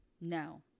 No